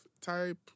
type